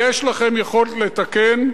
יש לכם יכולת לתקן,